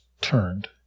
turned